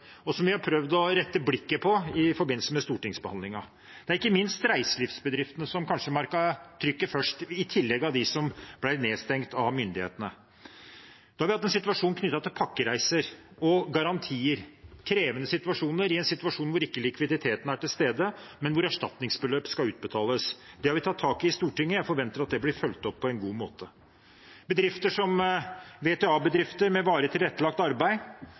og som vi har prøvd å rette blikket mot i forbindelse med stortingsbehandlingen. Det er ikke minst reiselivsbedriftene som kanskje merket trykket først, i tillegg til dem som ble nedstengt av myndighetene. Så har vi hatt en situasjon knyttet til pakkereiser og garantier – krevende situasjoner hvor likviditeten ikke er til stede, men hvor erstatningsbeløp skal utbetales. Det har vi tatt tak i i Stortinget, og jeg forventer at det blir fulgt opp på en god måte. Bedrifter som VTA-bedrifter, med varig tilrettelagt arbeid,